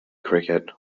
cricket